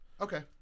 okay